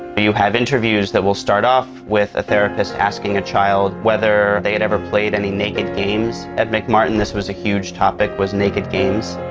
but you have interviews that will start off with a therapist asking a child whether they had ever played any naked games at mcmartin. this was a huge topic, was naked games.